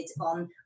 on